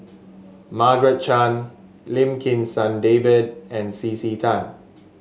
Margaret Chan Lim Kim San David and C C Tan